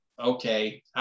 okay